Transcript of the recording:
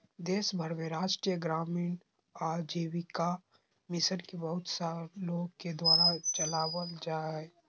देश भर में राष्ट्रीय ग्रामीण आजीविका मिशन के बहुत सा लोग के द्वारा चलावल जा हइ